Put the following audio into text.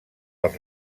els